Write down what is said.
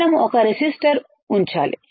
మనం ఒక రెసిస్టిర్ ఉంచాలి